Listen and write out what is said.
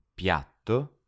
piatto